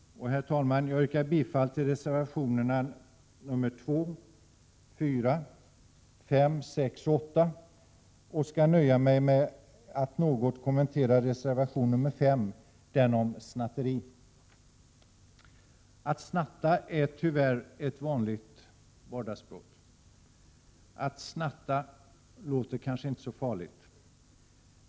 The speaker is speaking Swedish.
Herr talman! Jag yrkar bifall till reservationerna nr 2, 4, 5, 6 och 8, men skall nöja mig med att något kommentera reservation nr 5, den om snatteri. Att snatta är tyvärr ett vanligt vardagsbrott. Att snatta låter kanske inte så farligt.